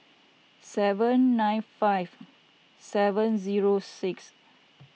seven nine five seven zero six